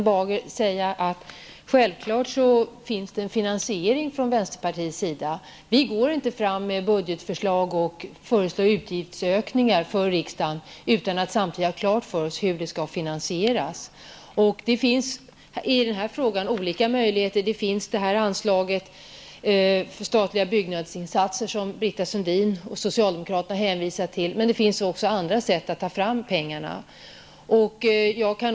Herr talman! Självfallet har vänsterpartiet finansierat sina förslag, Erling Bager. Vi går inte fram med budgetförslag och föreslår utgiftsökningar för riksdagen utan att samtidigt ha klart för oss hur de skall finansieras. I den här frågan finns olika finansieringsmöjligheter. Dels är det nämnda anslag för statliga byggnadsinsatser, som Britta Sundin och socialdemokraterna hänvisar till, dels är det andra sätt på vilka pengar kan tas fram.